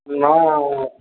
না